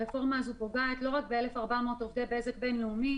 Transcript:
הרפורמה הזו פוגעת לא רק ב-1,400 עובדי בזק בינלאומי